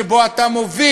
שבו אתה מוביל